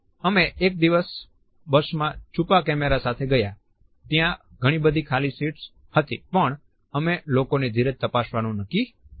અમે એક દિવસ બસમાં છુપા કેમેરા સાથે ગયા ત્યાં ઘણી બધી ખાલી સીટ્સ હતી પણ અમે લોકોની ધીરજ તપાસવાનું નક્કી કર્યું